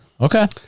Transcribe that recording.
Okay